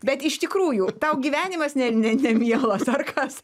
bet iš tikrųjų tau gyvenimas ne nemielas ar kas